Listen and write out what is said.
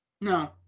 no